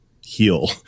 heal